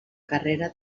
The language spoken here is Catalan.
carrera